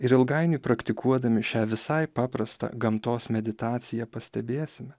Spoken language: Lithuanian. ir ilgainiui praktikuodami šią visai paprastą gamtos meditaciją pastebėsime